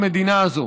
במדינה הזאת.